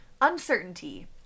Uncertainty